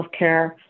healthcare